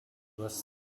was